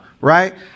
right